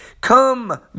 Come